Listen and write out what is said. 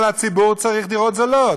אבל הציבור צריך דירות זולות.